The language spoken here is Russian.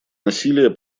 насилия